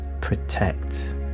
protect